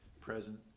present